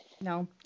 No